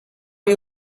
you